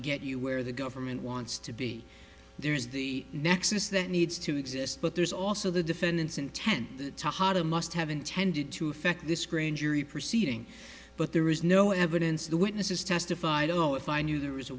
get you where the government wants to be there's the nexus that needs to exist but there's also the defendant's intent the bottom must have intended to effect this grand jury proceeding but there is no evidence the witnesses testified oh if i knew there was a